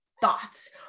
thoughts